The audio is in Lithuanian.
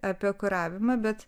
apie kuravimą bet